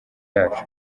yacu